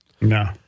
No